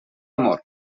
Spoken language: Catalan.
amor